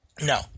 No